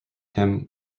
him